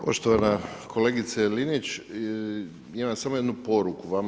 Poštovana kolegice Linić, imam samo jednu poruku vama.